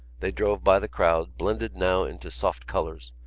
they drove by the crowd, blended now into soft colours,